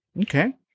Okay